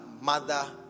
mother